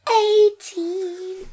Eighteen